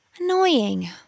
Annoying